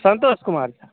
Santosh Kumar Jha